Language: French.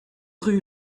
rue